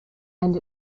and